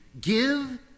Give